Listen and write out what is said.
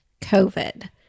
covid